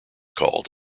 called